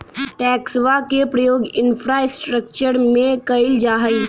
टैक्सवा के प्रयोग इंफ्रास्ट्रक्टर में कइल जाहई